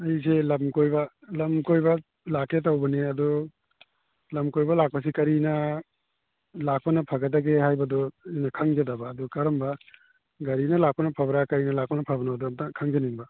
ꯑꯩꯁꯦ ꯂꯝ ꯀꯣꯏꯕ ꯂꯝ ꯀꯣꯏꯕ ꯂꯥꯛꯀꯦ ꯇꯧꯕꯅꯦ ꯑꯗꯣ ꯂꯝ ꯀꯣꯏꯕ ꯂꯥꯛꯄꯁꯦ ꯀꯔꯤꯅ ꯂꯥꯛꯄꯅ ꯐꯒꯗꯒꯦ ꯍꯥꯏꯕꯗꯨ ꯈꯪꯖꯗꯕ ꯑꯗꯨ ꯀꯔꯝꯕ ꯒꯥꯔꯤꯅ ꯂꯥꯛꯄꯅ ꯐꯕ꯭ꯔꯥ ꯀꯔꯤꯅ ꯂꯥꯛꯄꯅ ꯐꯕꯅꯣꯗꯤ ꯑꯝꯇꯪ ꯈꯪꯖꯅꯤꯡꯕ